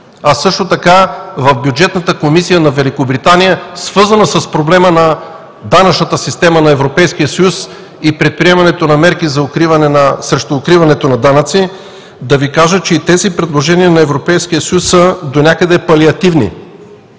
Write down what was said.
а също така в Бюджетната комисия на Великобритания, свързано с проблема на данъчната система на Европейския съюз и предприемането на мерки срещу укриването на данъци, да Ви кажа, че и тези предложения на Европейския съюз са донякъде палиативни.